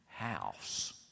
House